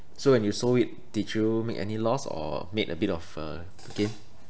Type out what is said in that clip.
so when you sold it did you make any loss or made a bit of a gain